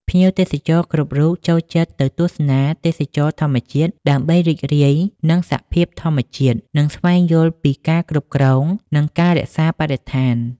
ភ្ញៀវទេសចរគ្រប់រូបចូលចិត្តទៅទស្សនាទេសចរណ៍ធម្មជាតិ ដើម្បីរីករាយនឹងសភាពធម្មជាតិ និងស្វែងយល់ពីការគ្រប់គ្រង និងការរក្សាបរិស្ថាន។